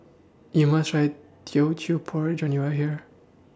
YOU must Try Teochew Porridge when YOU Are here